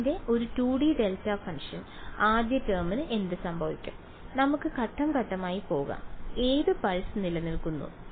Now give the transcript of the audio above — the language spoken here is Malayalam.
ഇതിന്റെ ഒരു 2D ഡെൽറ്റ ഫംഗ്ഷൻ ആദ്യ ടേമിന് എന്ത് സംഭവിക്കും നമുക്ക് ഘട്ടം ഘട്ടമായി പോകാം ഏത് പൾസ് നിലനിൽക്കുന്നു